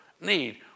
need